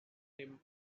tim